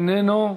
איננו,